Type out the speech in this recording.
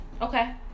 Okay